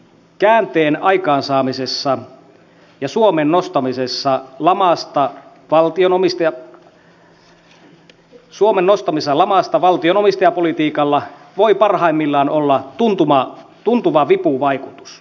käänteen aikaansaamisessa ja suomen nostamisessa lamasta valtion omistajapolitiikalla voi parhaimmillaan olla tuntuva vipuvaikutus